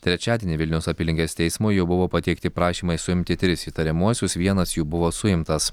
trečiadienį vilniaus apylinkės teismui jau buvo pateikti prašymai suimti tris įtariamuosius vienas jų buvo suimtas